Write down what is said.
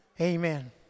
Amen